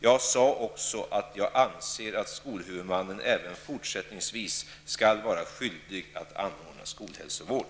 Jag sade också att jag anser att skolhuvudmannen även fortsättningsvis skall vara skyldig att anordna skolhälsovård.